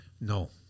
No